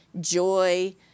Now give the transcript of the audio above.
joy